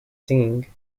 singing